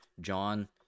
John